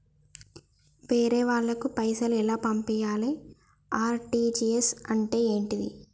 వేరే వాళ్ళకు పైసలు ఎలా పంపియ్యాలి? ఆర్.టి.జి.ఎస్ అంటే ఏంటిది?